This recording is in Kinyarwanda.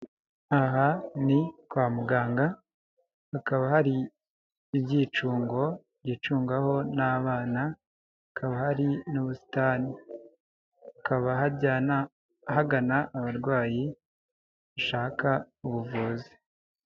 Aha ni kwa muganga hakaba hari ibyicungo byicungwaho n'abana, hakaba hari n'ubusitani. Hakaba hagana abarwayi bashaka ubuvuzi.